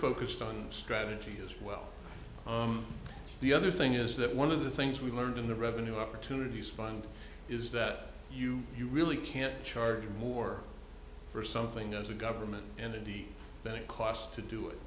focused on strategy as well on the other thing is that one of the things we learned in the revenue opportunities find is that you really can't charge more for something as a government entity than it cost to do it